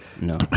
No